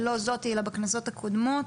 בכנסת הקודמות